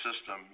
system